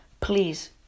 please